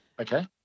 Okay